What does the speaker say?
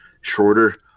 shorter